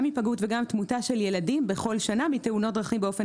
גם היפגעות וגם תמותה של ילדים בכל שנה מתאונות דרכים באופן